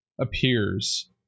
appears